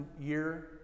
year